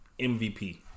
MVP